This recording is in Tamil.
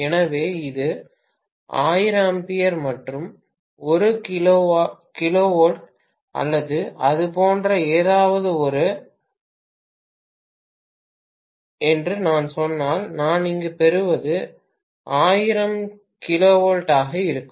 எனவே இது 1000 A மற்றும் 1 kV அல்லது அது போன்ற ஏதாவது என்று நான் சொன்னால் நான் இங்கு பெறுவது 1000 kV ஆக இருக்கும்